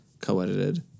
co-edited